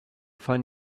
find